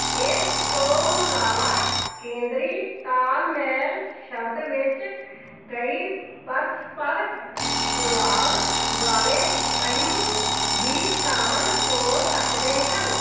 ਇਸ ਤੋਂ ਇਲਾਵਾ ਕੇਂਦਰੀ ਤਾਲਮੇਲ ਸ਼ਬਦ ਵਿੱਚ ਕਈ ਪਰਸਪਰ ਪ੍ਰਭਾਵ ਵਾਲੇ ਪਹਿਲੂ ਵੀ ਸ਼ਾਮਲ ਹੋ ਸਕਦੇ ਹਨ